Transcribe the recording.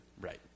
Right